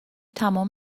تمام